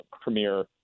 premier